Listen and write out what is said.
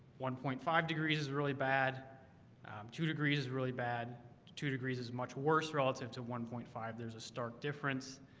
one point five degrees is really bad two degrees is really bad two degrees is much worse relative to one point five. there's a stark difference